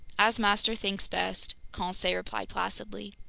as master thinks best, conseil replied placidly.